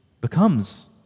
becomes